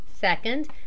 Second